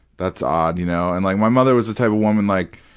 that's odd. you know and like my mother was the type of woman, like,